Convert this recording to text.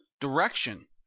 direction